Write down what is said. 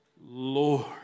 Lord